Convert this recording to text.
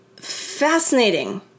fascinating